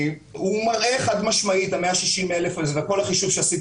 הוא מראה חד-משמעית שה-160,000 וכל החישוב שעשית,